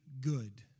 good